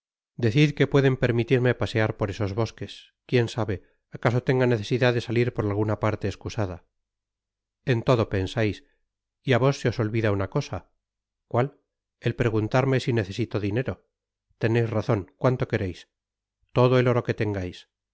decid que pueden permitirme pasear por esos bosques quién sabe acaso tenga necesidad de salir por alguna parte escusada en todo pensais y á vos se os olvida una cosa cuál el preguntarme si necesito dinero teneis razon cuánto quereis todo el oro que tengais